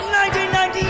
1990